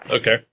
okay